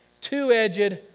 two-edged